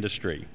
industry